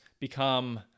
become